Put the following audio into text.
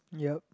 yup